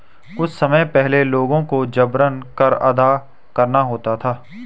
कुछ समय पहले लोगों को जबरन कर अदा करना होता था